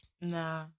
Nah